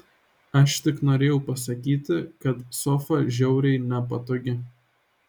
aš tik norėjau pasakyti kad sofa žiauriai nepatogi